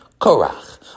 Korach